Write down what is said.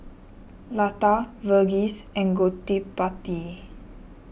Lata Verghese and Gottipati